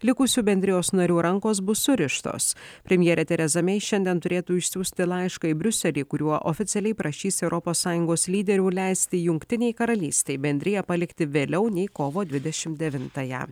likusių bendrijos narių rankos bus surištos premjerė tereza mei šiandien turėtų išsiųsti laišką į briuselį kuriuo oficialiai prašys europos sąjungos lyderių leisti jungtinei karalystei bendriją palikti vėliau nei kovo dvidešim devintąją